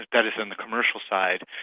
that is in the commercial side,